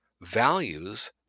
values